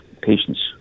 patients